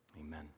Amen